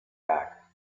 back